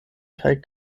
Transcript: kaj